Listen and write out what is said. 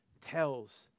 tells